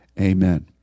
Amen